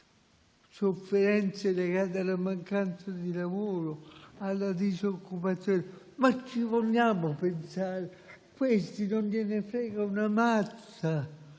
sofferenze legate alla mancanza di lavoro, alla disoccupazione; ci vogliamo pensare? A questi non interessa minimamente